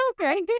Okay